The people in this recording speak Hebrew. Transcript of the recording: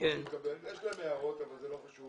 כמו שהתקבל - יש להם הערות, אבל זה לא חשוב